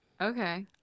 okay